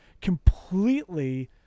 completely